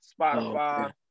Spotify